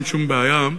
ואין שום בעיה,